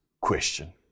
question